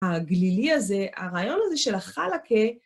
הגלילי הזה, הרעיון הזה של החלקה,